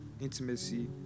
intimacy